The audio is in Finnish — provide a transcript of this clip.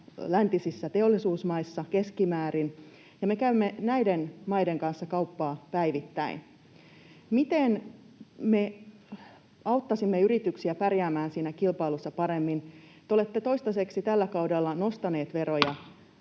läntisissä teollisuusmaissa keskimäärin, ja me käymme näiden maiden kanssa kauppaa päivittäin. Miten me auttaisimme yrityksiä pärjäämään siinä kilpailussa paremmin? Te olette toistaiseksi tällä kaudella nostaneet veroja.